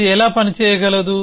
ఇది ఎలా పనిచేయగలదు